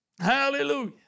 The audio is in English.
Hallelujah